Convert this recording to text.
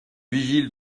vigile